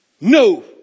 No